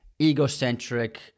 egocentric